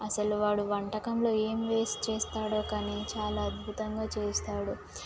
అసలు వాడి వంటకంలో ఏం వేసి చేస్తాడో కానీ చాలా అద్భుతంగా చేస్తాడు